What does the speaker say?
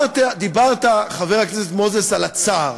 דיברת, חבר הכנסת מוזס, על הצאר.